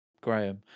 Graham